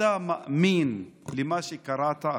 אתה מאמין במה שקראת עכשיו?